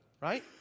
Right